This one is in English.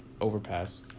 overpass